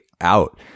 out